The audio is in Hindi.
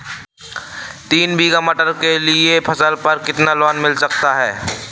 तीन बीघा मटर के लिए फसल पर कितना लोन मिल सकता है?